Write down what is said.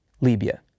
Libya